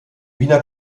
wiener